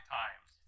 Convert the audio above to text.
times